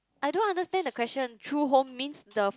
I don't understand the question true home means the